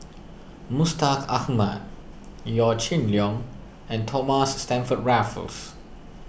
Mustaq Ahmad Yaw Shin Leong and Thomas Stamford Raffles